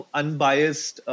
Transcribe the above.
unbiased